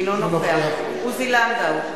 אינו נוכח עוזי לנדאו,